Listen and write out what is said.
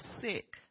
sick